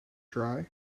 dry